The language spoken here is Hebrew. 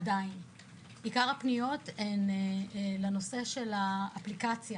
עיקר הפניות הן לנושא האפליקציה